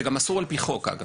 זה גם אסור על פי חוק, אגב.